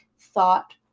thought